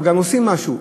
אבל גם עושים משהו.